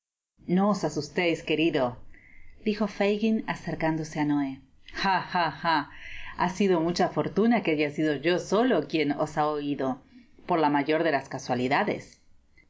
no os asusteis querido dijo fagin acercándose á noé ha ha ha sido mucha fortuna que haya sido yo solo quien os ha oido por la mayor de las casualidades